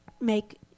make